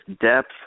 depth